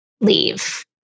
leave